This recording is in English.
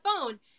phone